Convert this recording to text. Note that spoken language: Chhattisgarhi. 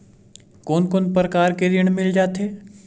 कोन कोन प्रकार के ऋण मिल जाथे?